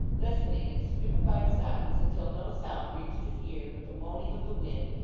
listening in stupefied silence until no sound reached his ear but the moaning of the wind,